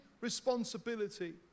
responsibility